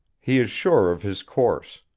he is sure of his course,